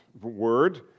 word